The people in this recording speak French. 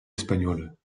espagnole